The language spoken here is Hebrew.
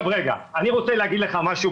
אני רוצה להגיד לך משהו,